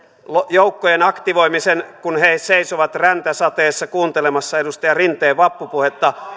joukkojen aktivoimisen kun he seisovat räntäsateessa kuuntelemassa edustaja rinteen vappupuhetta